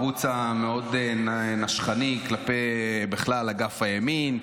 הערוץ המאוד-נשכני כלפי אגף הימין בכלל,